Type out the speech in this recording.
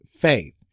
faith